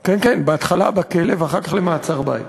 כן כן, בהתחלה בכלא ואחר כך למעצר-בית.